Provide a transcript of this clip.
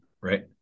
Right